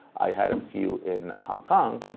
i had a few in hong kong,